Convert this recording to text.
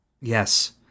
Yes